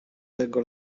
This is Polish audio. tego